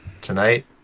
Tonight